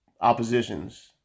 oppositions